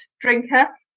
drinker